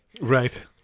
Right